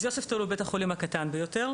יוספטל הוא בית החולים הקטן ביותר.